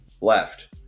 Left